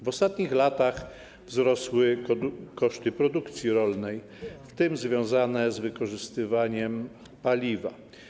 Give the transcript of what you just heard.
W ostatnich latach wzrosły koszty produkcji rolnej, w tym związane z wykorzystywaniem paliwa.